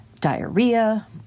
diarrhea